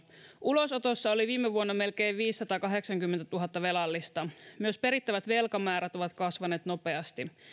ulosotossa oli viime vuonna melkein viisisataakahdeksankymmentätuhatta velallista myös perittävät velkamäärät ovat kasvaneet nopeasti